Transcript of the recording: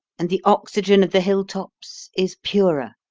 and the oxygen of the hill-tops is purer,